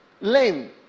lame